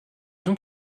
donc